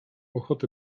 ochotę